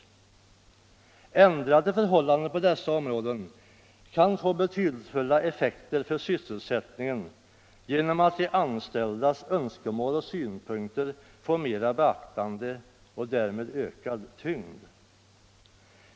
Ändrade förhållanden på dessa områden kan få betydelsefulla effekter för sysselsättningen genom att de anställdas önskemål och synpunkter får mera beaktande och därmed ökad tyngd.